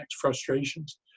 frustrations